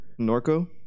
Norco